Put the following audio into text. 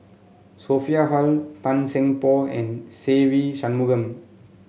Sophia Hull Tan Seng Poh and Se Ve Shanmugam